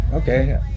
Okay